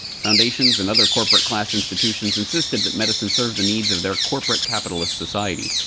foundations and other corporate class institutions insisted that medicine serve the needs of their corporate capitalist society.